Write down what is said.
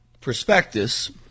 prospectus